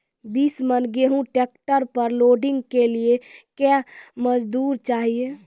बीस मन गेहूँ ट्रैक्टर पर लोडिंग के लिए क्या मजदूर चाहिए?